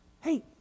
hey